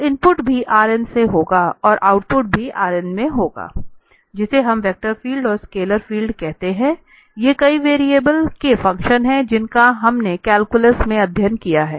तो इनपुट भी Rn से होगा और आउटपुट भी Rn में होगा जिसे हम वेक्टर फील्ड और स्केलर फील्ड कहते हैं ये कई वेरिएबल के फ़ंक्शन हैं जिनका हमने कैलकुलस में अध्ययन किया है